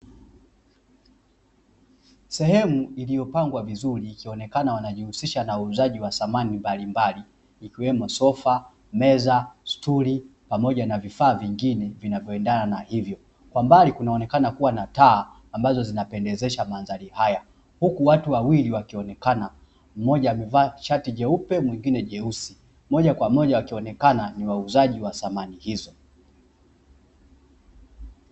Sehemu iliyopangwa vizuri ikionekana wanajihusisha na uuzaji wa samani mbalimbali, ikiwemo: sofa, meza, stuli pamoja na vifaa vingine vinavyoendana na hivyo. Kwa mbali kunaonekana kuwa na taa ambazo zinapendezesha mandhari haya, huku watu wawili wakionekana; mmoja amevaa shati jeupe mwingine jeusi, moja kwa moja wakionekana ni wauzaji wa samani hizo.